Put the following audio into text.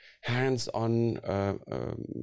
hands-on